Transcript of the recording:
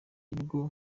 bwo